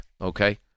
Okay